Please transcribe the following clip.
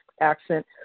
accent